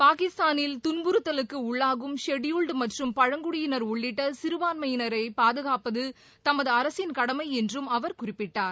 பாகிஸ்தானில் துன்புறுத்தலுக்கு உள்ளாகும் ஷெடியூல்டு மற்றும் பழங்குடியினர் உள்ளிட்ட சிறுபான்மையினரை பாதுகாப்பது தமது அரசின் கடமை என்றும் அவர் குறிப்பிட்டார்